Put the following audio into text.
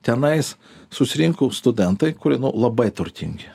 tenais susirinko studentai kurie nu labai turtingi